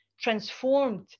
transformed